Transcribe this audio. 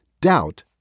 Doubt